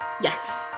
yes